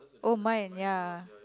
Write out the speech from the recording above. oh mine ya